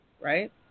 right